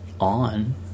on